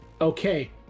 Okay